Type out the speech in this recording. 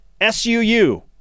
SUU